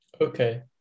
Okay